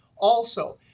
also,